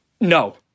No